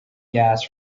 gas